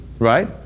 Right